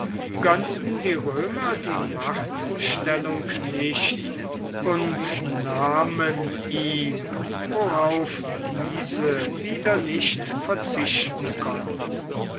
gönnten die römer die machtstellung nicht und nahmen ihm worauf diese wieder nicht verzichten konnten